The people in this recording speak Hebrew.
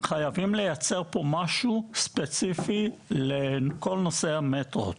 חייבים לייצר פה משהו ספציפי לכל נושא המטרו.